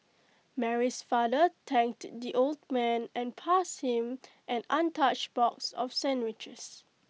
Mary's father thanked the old man and passed him an untouched box of sandwiches